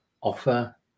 offer